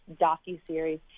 docu-series